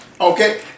Okay